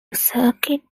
circuit